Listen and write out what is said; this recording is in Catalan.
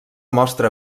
mostra